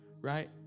right